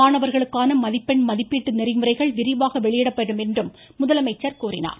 மாணவர்களுக்கான மதிப்பெண் மதிப்பீட்டு நெறிமுறைகள் விரிவாக வெளியிடப்படும் என்றும் கூறினார்